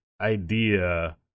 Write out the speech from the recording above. idea